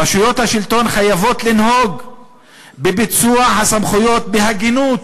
רשויות השלטון חייבות לנהוג בביצוע הסמכויות בהגינות”